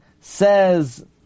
says